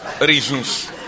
reasons